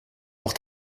pour